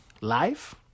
life